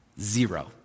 Zero